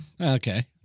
Okay